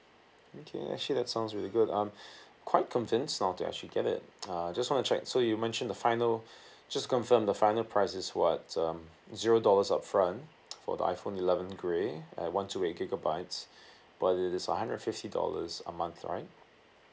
okay actually that sounds really good um quite convinced now to actually get it uh just want to check so you mentioned the final just to confirm the final price is what um zero dollars upfront for the iphone eleven grey at one two eight gigabytes but uh this is a hundred and fifty dollars a month right